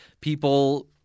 people